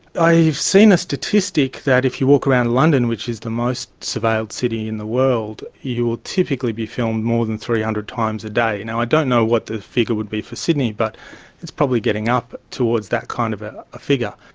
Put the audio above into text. i've seen a statistic that if you walk around london, which is the most surveilled city in the world, you will typically be filmed more than three hundred times a day. i don't know what the figure would be for sydney but it's probably getting up towards that kind of ah a figure.